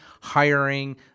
hiring